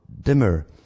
dimmer